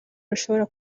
rushobora